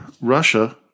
Russia